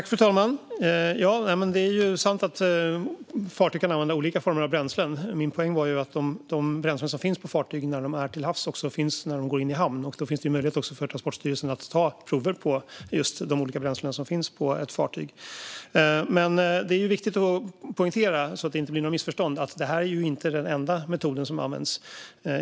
Fru talman! Det är ju sant att fartyg kan använda olika former av bränsle. Min poäng var att de bränslen som finns på fartyg när de är till havs också finns där när de går in i hamn, och då finns det ju möjlighet för Transportstyrelsen att ta prover på de olika bränslen som finns på ett fartyg. Det är viktigt att poängtera - så att det inte blir några missförstånd - att detta inte är den enda metod som används.